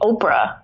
Oprah